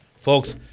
Folks